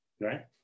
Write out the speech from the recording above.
right